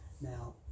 Now